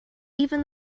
even